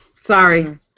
Sorry